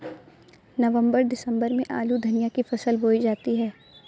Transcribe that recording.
नवम्बर दिसम्बर में आलू धनिया की फसल बोई जाती है?